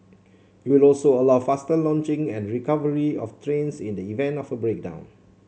it will also allow faster launching and recovery of trains in the event of a breakdown